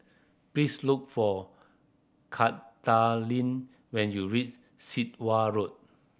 please look for Katharyn when you reach Sit Wah Road